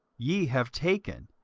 ye have taken,